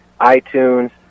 iTunes